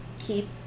keep